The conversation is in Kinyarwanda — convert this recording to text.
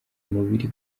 mubiri